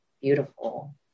beautiful